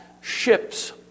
ships